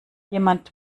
jemand